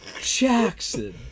Jackson